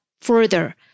further